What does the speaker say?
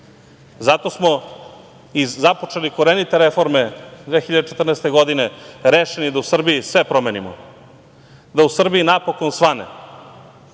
Zato smo i započeli korenite reforme 2014. godine rešeni da u Srbiji sve promenimo, da u Srbiji napokon svane,